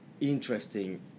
interesting